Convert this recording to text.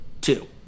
two